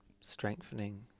strengthening